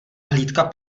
hlídka